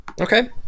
Okay